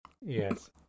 Yes